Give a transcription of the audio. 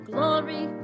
Glory